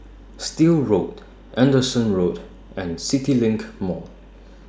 Still Road Anderson Road and CityLink Mall